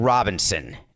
Robinson